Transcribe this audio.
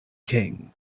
king